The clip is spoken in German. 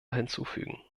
hinzufügen